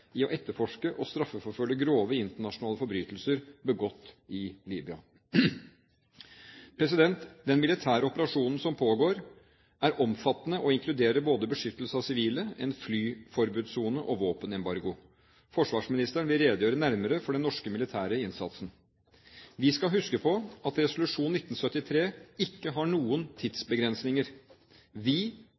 å etterforske og straffeforfølge grove internasjonale forbrytelser begått i Libya. Den militære operasjonen som pågår, er omfattende og inkluderer både beskyttelse av sivile, en flyforbudssone og våpenembargo. Forsvarsministeren vil redegjøre nærmere for den norske militære innsatsen. Vi skal huske på at resolusjon 1973 ikke har noen tidsbegrensninger. Vi